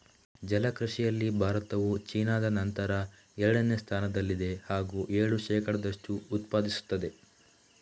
ಜಲ ಕೃಷಿಯಲ್ಲಿ ಭಾರತವು ಚೀನಾದ ನಂತರ ಎರಡನೇ ಸ್ಥಾನದಲ್ಲಿದೆ ಹಾಗೂ ಏಳು ಶೇಕಡದಷ್ಟು ಉತ್ಪಾದಿಸುತ್ತದೆ